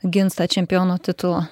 gins tą čempiono titulą